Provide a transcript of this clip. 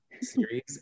series